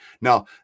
Now